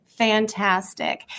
fantastic